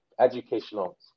educational